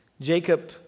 Jacob